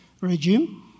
regime